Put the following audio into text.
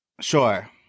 Sure